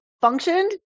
functioned